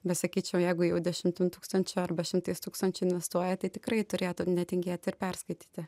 bet sakyčiau jeigu jau dešimtim tūkstančių arba šimtais tūkstančių investuoja tai tikrai turėtų netingėti ir perskaityti